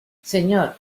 señor